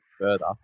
further